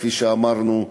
כפי שאמרנו,